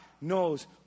knows